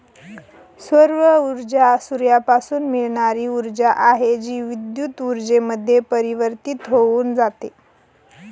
सौर ऊर्जा सूर्यापासून मिळणारी ऊर्जा आहे, जी विद्युत ऊर्जेमध्ये परिवर्तित होऊन जाते